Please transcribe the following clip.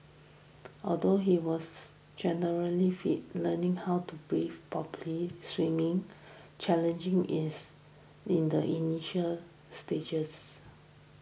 although he was generally fit learning how to breathe properly swimming challenging is in the initial stages